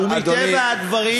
אדוני, ומטבע הדברים, דקה, בבקשה.